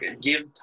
give